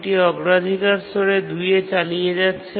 এটি অগ্রাধিকার স্তর ২ এ চালিয়ে যাচ্ছে